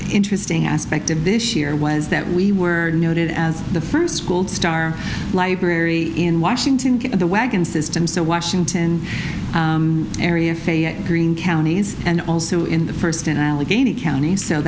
interesting aspect of this year was that we were noted as the first star library in one the wagon system so washington area fayette green counties and also in the first in allegheny county so